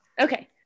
Okay